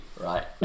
right